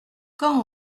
quand